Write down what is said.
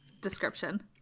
description